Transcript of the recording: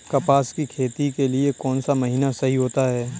कपास की खेती के लिए कौन सा महीना सही होता है?